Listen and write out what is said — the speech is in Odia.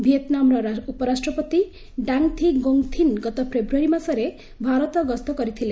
ଭିଏତ୍ନାମ୍ର ଉପରାଷ୍ଟ୍ରପତି ଡାଙ୍ଗ୍ ଥି ଙ୍ଗୋକ୍ ଥିନ୍ ଗତ ଫେବୃୟାରୀ ମାସରେ ଭାରତ ଗସ୍ତ କରିଥିଲେ